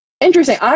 interesting